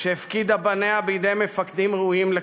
שהפקידה בניה בידי מפקדים ראויים לכך".